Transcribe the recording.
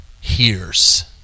hears